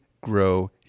grow